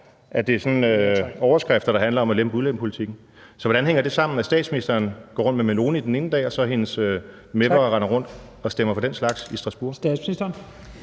sådan er overskrifter, der handler om at lempe udlændingepolitikken. Så hvordan hænger det sammen med, at statsministeren går rundt med Meloni den ene dag, og at hendes mep'ere så render rundt og stemmer for slags i Strasbourg?